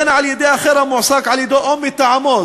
בין על-ידי אחר המועסק על-ידו או מטעמו.